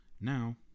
Now